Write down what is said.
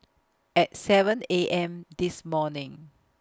At seven A M This morning